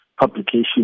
publication